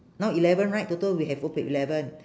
now eleven right total we have both with eleven